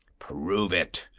prove it!